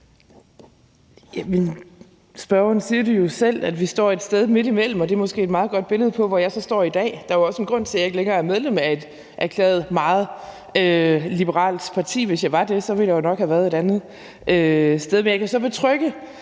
spørgeren siger det jo selv. Vi står et sted midt imellem, og det er måske et meget godt billede på, hvor jeg så står i dag. Der er jo også en grund til, at jeg ikke længere er medlem af et erklæret meget liberalt parti. Hvis jeg var det, ville jeg nok have været et andet sted. Men jeg kan så betrygge